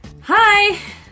Hi